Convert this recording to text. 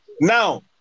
Now